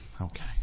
okay